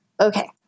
okay